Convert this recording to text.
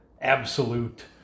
absolute